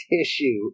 tissue